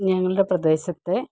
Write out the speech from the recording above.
ഞങ്ങളുടെ പ്രദേശത്തെ